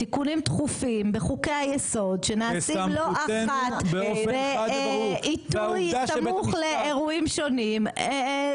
תיקונים דחופים בחוקי היסוד שנעשים לא אחת בעיתוי סמוך לאירועים שונים,